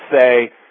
say